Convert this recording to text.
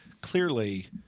clearly